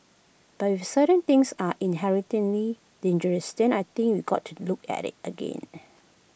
but if certain things are inherently dangerous then I think we got to look at IT again